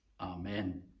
Amen